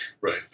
Right